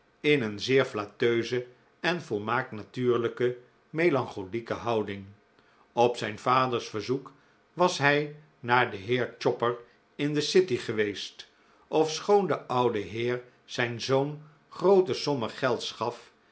in een zeer flatteuse en volmaakt natuurlijke melancholieke houding op zijn vaders verzoek was hij naar den heer chopper in de city geweest ofschoon de oude heer zijn zoon groote sommen gelds gaf